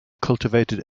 cultivated